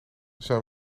zijn